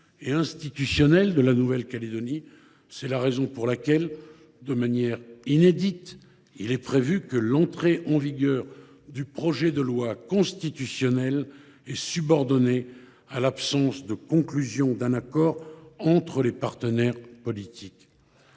et institutionnelle de la Nouvelle Calédonie. C’est la raison pour laquelle, de manière inédite, il est prévu que l’entrée en vigueur du projet de loi constitutionnelle soit subordonnée à l’absence de conclusion d’un accord entre les partenaires politiques.